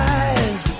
eyes